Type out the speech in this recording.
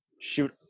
shoot